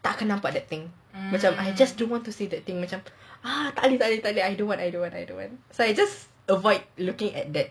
tak akan nampak that thing macam I just don't want to see that thing macam tak boleh tak boleh tak boleh I don't want I don't want I don't want I just avoid looking at that